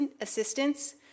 assistance